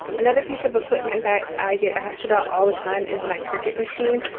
another piece of equipment that i get asked about all the time is my cricut machine.